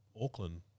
Auckland